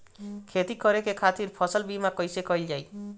खेती करे के खातीर फसल बीमा कईसे कइल जाए?